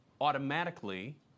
automatically